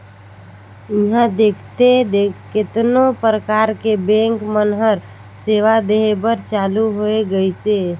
इहां देखथे केतनो परकार के बेंक मन हर सेवा देहे बर चालु होय गइसे